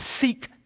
Seek